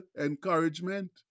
encouragement